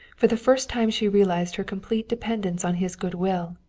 for the first time she realized her complete dependence on his good will.